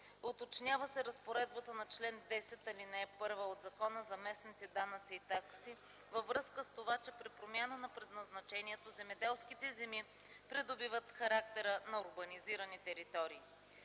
Уточнява се разпоредбата на чл. 10, ал. 1 от Закона за местните данъци и такси във връзка с това, че при промяна на предназначението земеделските земи придобиват характера на урбанизирани територии.